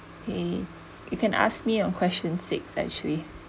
eh you can ask me a question six actually